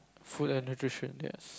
food and nutrition yes